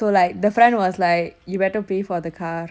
so like the friend was like you better pay for the car